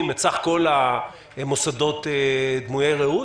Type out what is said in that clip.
את סך כל המוסדות הדומים ל"רעות"?